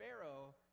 Pharaoh